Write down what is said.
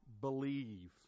believe